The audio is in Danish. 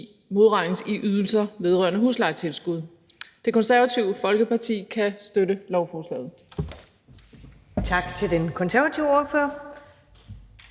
modregnes i ydelser vedrørende huslejetilskud. Det Konservative Folkeparti kan støtte lovforslaget. Kl. 19:28 Første næstformand